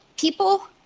people